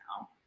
now